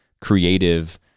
creative